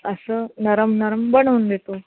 असं नरम नरम बनवून देतो